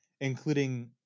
including